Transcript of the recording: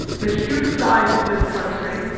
the sheer size of this country,